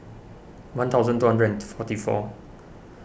one thousand two hundred and forty four